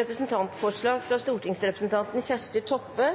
representantforslag fra stortingsrepresentanten Kjersti Toppe